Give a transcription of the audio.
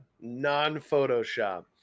Non-Photoshop